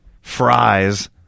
fries